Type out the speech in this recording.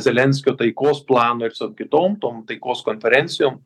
zelenskio taikos plano ir su kitom tom taikos konferencijom